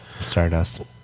Stardust